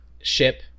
ship